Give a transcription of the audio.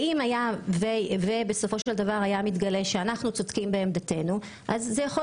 אם היה מתגלה שאנחנו צודקים בעמדתנו אז אפשר